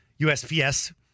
USPS